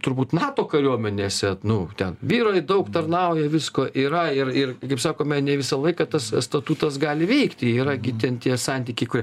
turbūt nato kariuomenėse nu ten vyrai daug tarnauja visko yra ir ir kaip sakome ne visą laiką tas statutas gali veikti yra gi ten tie santykiai kurie